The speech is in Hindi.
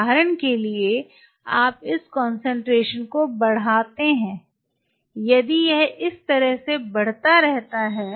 उदाहरण के लिए आप इस कंसंट्रेशन को बढ़ाते हैं यदि यह इस तरह बढ़ता रहता है